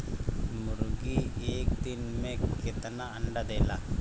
मुर्गी एक दिन मे कितना अंडा देला?